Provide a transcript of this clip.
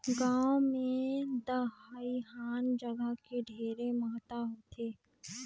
गांव मे दइहान जघा के ढेरे महत्ता होथे